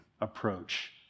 approach